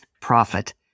Profit